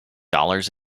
dollars